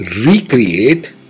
recreate